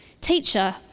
Teacher